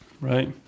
Right